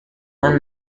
one